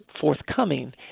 forthcoming